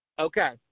Okay